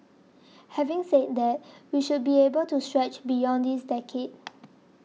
having said that we should be able to stretch beyond this decade